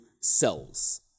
cells